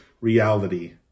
reality